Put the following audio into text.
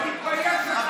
הרב שמואל אליהו לא נחשב?